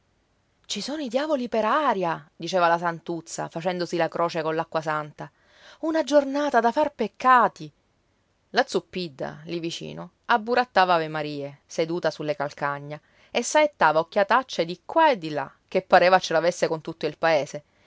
ci sono i diavoli per aria diceva la santuzza facendosi la croce coll'acqua santa una giornata da far peccati la zuppidda lì vicino abburattava avemarie seduta sulle calcagna e saettava occhiatacce di qua e di là che pareva ce l'avesse con tutto il paese